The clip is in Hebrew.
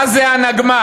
מה זה הנגמ"ש?